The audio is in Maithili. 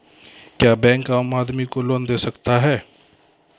क्या बैंक आम आदमी को लोन दे सकता हैं?